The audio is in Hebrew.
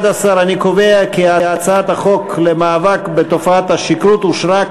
11. אני קובע כי הצעת חוק המאבק בתופעת השכרות (הוראת שעה ותיקון חקיקה)